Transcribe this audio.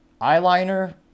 eyeliner